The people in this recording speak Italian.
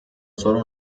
solo